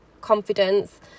confidence